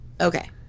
Okay